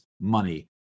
money